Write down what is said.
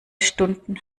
stunden